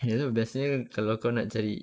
you know biasanya kalau kau nak cari